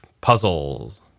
Puzzles